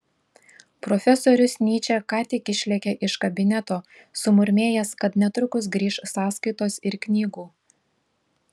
profesorius nyčė ką tik išlėkė iš kabineto sumurmėjęs kad netrukus grįš sąskaitos ir knygų